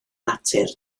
natur